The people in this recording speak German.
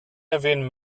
erwähnen